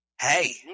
Hey